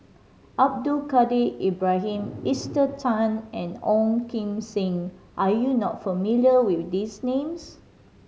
Abdul Kadir Ibrahim Esther Tan and Ong Kim Seng are you not familiar with these names